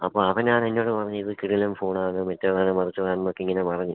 അപ്പോൾ അവനാണെന്നോട് പറഞ്ഞു ഇത് കിടിലം ഫോണാണ് മറ്റേതാണ് മറിച്ചതാണ് എന്നൊക്കെ ഇങ്ങനെ പറഞ്ഞു